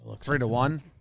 Three-to-one